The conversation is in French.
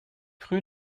rue